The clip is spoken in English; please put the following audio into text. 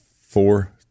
four